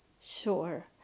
sure